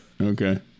Okay